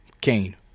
Kane